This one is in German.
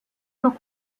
noch